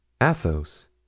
Athos